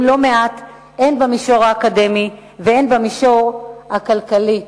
לא מעט הן במישור האקדמי והן במישור הכלכלי,